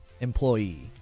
employee